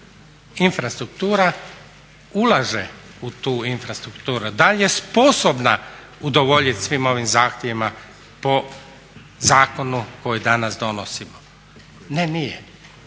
infrastruktura ulaže u tu infrastrukturu, da li je sposobna udovoljiti svim ovim zahtjevima po zakonu koji danas donosimo? Ne, nije.